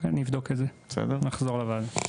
אני אבדוק את זה ואחזור לוועדה.